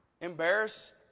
Embarrassed